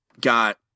got